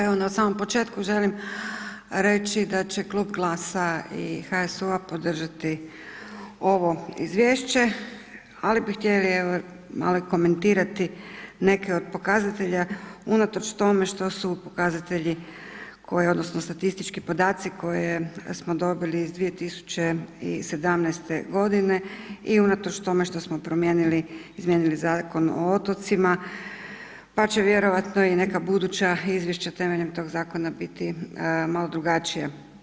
Evo na samom početku želim reći da će Klub GLAS-a i HSU-a podržati ovo izvješće, ali bi htjeli malo komentirati neke od pokazatelja, unatoč tome što su pokazatelji, koje odnosno, statistički podaci, koje smo dobili iz 2017. g. i unatoč tome što smo promijenili, izmijenili Zakon o otocima, pa će vjerojatno i neka buduća izvješća temeljem tog zakona biti malo drugačija.